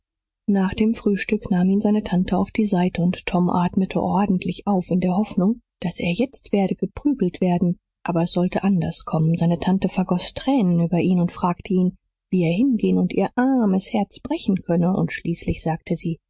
nach dem frühstück nahm ihn seine tante auf die seite und tom atmete ordentlich auf in der hoffnung daß er jetzt werde geprügelt werden aber es sollte anders kommen seine tante vergoß tränen über ihn und fragte ihn wie er hingehen und ihr armes herz brechen könne und schließlich sagte sie